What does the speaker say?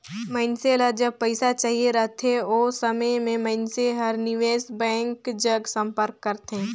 मइनसे ल जब पइसा चाहिए रहथे ओ समे में मइनसे हर निवेस बेंक जग संपर्क करथे